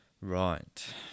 right